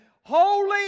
Holy